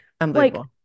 Unbelievable